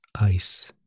Ice